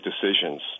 decisions